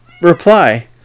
reply